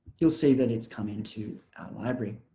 you'll see that it's come into our library